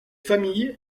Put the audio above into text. famille